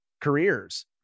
careers